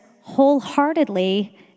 wholeheartedly